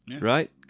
Right